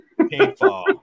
paintball